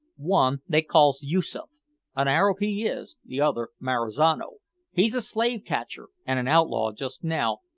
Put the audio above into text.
one they calls yoosoof an arab he is the other marizano he's a slave-catcher, and an outlaw just now,